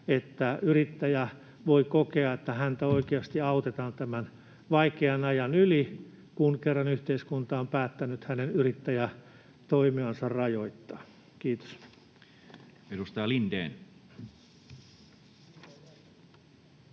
että yrittäjä voi kokea, että häntä oikeasti autetaan tämän vaikean ajan yli, kun kerran yhteiskunta on päättänyt hänen yrittäjätoimiansa rajoittaa. — Kiitos. Edustaja Lindén.